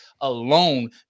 alone